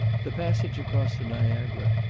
the passage across the niagara,